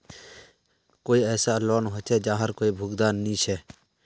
कोई ऐसा लोन होचे जहार कोई भुगतान नी छे?